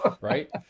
Right